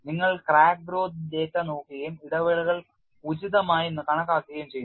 നിങ്ങൾ crack growth data നോക്കുകയും ഇടവേളകൾ ഉചിതമായി കണക്കാക്കുകയും ചെയ്യുന്നു